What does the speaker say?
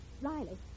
Riley